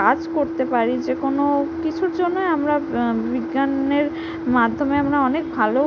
কাজ করতে পারি যে কোনো কিছুর জন্যই আমরা বিজ্ঞানের মাধ্যমে আমরা অনেক ভালো